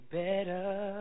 better